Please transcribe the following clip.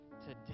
today